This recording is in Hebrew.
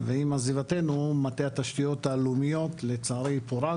ועם עזיבתנו מטה התשתיות הלאומיות לצערי פורק